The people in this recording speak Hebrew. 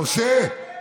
משה,